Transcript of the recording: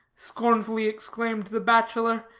scornfully exclaimed the bachelor,